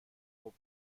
خوب